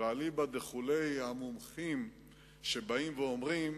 ואליבא דמומחים שבאים ואומרים,